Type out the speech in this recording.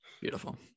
beautiful